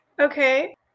Okay